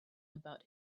about